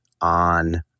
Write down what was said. on